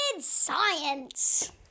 science